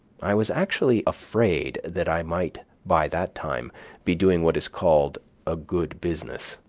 i was actually afraid that i might by that time be doing what is called a good business.